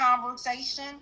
conversation